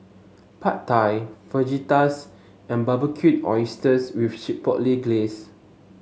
Pad Thai Fajitas and Barbecued Oysters with Chipotle Glaze